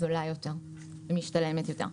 זולה יותר ומשתלמת יותר.